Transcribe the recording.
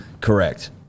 Correct